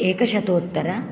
एकशतोत्तर